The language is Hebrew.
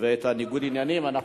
את ניגוד העניינים.